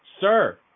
sir